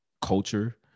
culture